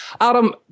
Adam